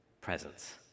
presence